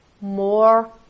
more